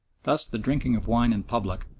thus the drinking of wine in public,